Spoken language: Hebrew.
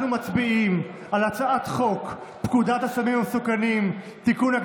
אנחנו מצביעים על הצעת חוק פקודת הסמים המסוכנים (תיקון,